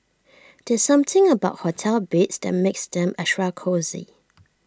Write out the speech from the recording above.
there's something about hotel beds that makes them extra cosy